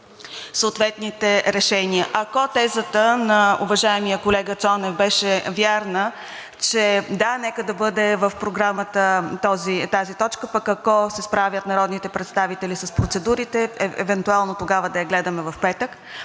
съответните решения. Ако тезата на уважаемия колега Цонев беше вярна, че да, нека да бъде в Програмата тази точка, пък ако се справят народните представители с процедурите, евентуално тогава да я гледаме в петък,